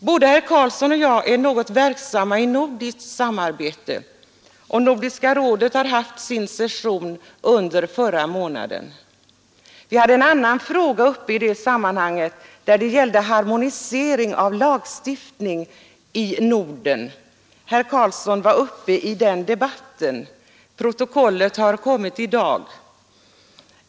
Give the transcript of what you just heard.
Både herr Carlsson och jag är verksamma i nordiskt samarbete, och Nordiska rådet har haft sin session under förra månaden. Vi hade bl.a. uppe till behandling harmonisering av lagstiftningen i Norden. Herr Carlsson deltog i den debatten. Protokollet har kommit i dag.